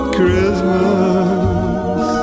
Christmas